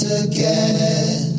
again